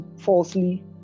falsely